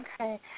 Okay